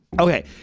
Okay